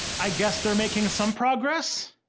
i guess they're making some progress.